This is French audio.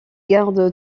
garde